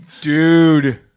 Dude